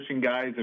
guys